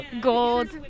gold